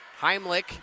Heimlich